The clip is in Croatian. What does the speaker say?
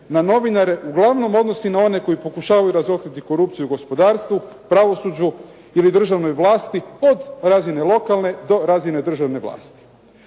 na novinare uglavnom odnosi na one koji pokušavaju razotkriti korupciju u gospodarstvu, pravosuđu ili državnoj vlasti od razine lokalne do razine državne vlasti.